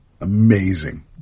Amazing